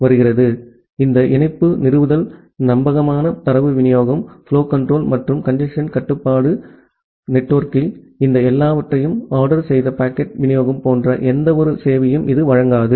எனவே இந்த இணைப்பு நிறுவுதல் நம்பகமான தரவு விநியோகம் புலோ கன்ட்ரோல் மற்றும் கஞ்சேஸ்ன் கட்டுப்பாடு நெட்வொர்க்கில் இந்த எல்லாவற்றையும் ஆர்டர் செய்த பாக்கெட் விநியோகம் போன்ற எந்தவொரு சேவையையும் இது வழங்காது